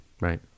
Right